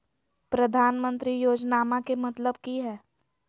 प्रधानमंत्री योजनामा के मतलब कि हय?